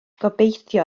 gobeithio